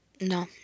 No